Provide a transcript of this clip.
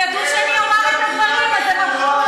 הם ידעו שאני אומר את הדברים, אז הם הלכו.